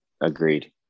Agreed